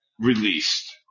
released